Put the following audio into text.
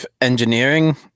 Engineering